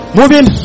moving